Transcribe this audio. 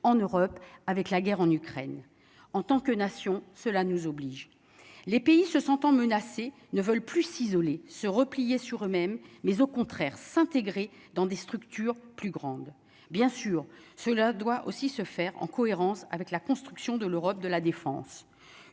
en Europe avec la guerre en Ukraine, en tant que nation, cela nous oblige les pays se sentant menacé, ne veulent plus isolés, se replier sur eux-mêmes, mais au contraire s'intégrer dans des structures plus grande, bien sûr, cela doit aussi se faire en cohérence avec la construction de l'Europe de la défense